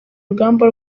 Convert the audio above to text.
rugamba